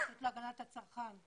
הרשות להגנת הצרכן.